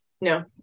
No